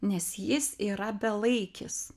nes jis yra belaikis